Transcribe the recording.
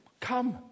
come